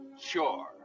Sure